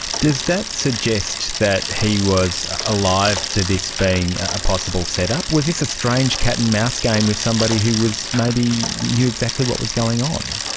does that suggest that he was alive to this being a possible setup? was this a strange cat and mouse game with somebody who maybe knew exactly what was going on?